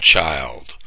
Child